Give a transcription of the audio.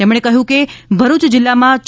તેમણે કહ્યું કે ભરૂચ જિલ્લામાં રૂ